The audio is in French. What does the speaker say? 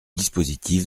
dispositif